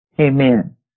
Amen